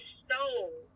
stole